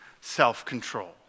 self-control